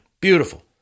beautiful